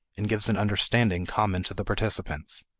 and gives an understanding common to the participants.